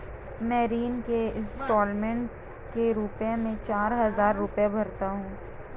मैं ऋण के इन्स्टालमेंट के रूप में चार हजार रुपए भरता हूँ